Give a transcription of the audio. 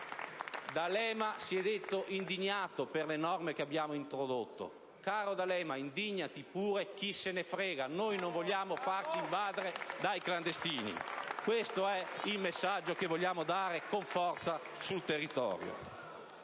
D'Alema si è detto indignato per le norme che abbiamo introdotto. Caro D'Alema, indignati pure, chi se ne frega: noi non vogliamo farci invadere dai clandestini, questo è il messaggio che vogliamo dare con forza sul territorio.